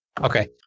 Okay